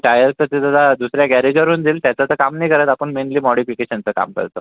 टायरचं ते जरा दुसऱ्या गॅरेजवरून देईल त्याचं तर काम नाही करत आपण मेनली मॉडिफिकेशनचं काम करतो